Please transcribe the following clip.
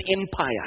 Empire